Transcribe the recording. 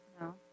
No